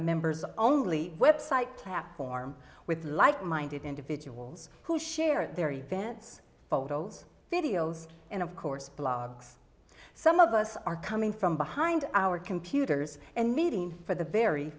members only website platform with like minded individuals who share their events photos videos and of course blogs some of us are coming from behind our computers and meeting for the very